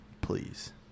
Please